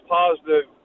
positive